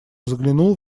заглянул